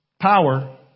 power